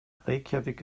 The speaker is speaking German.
reykjavík